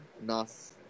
Nas